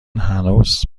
هنوز